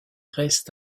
reste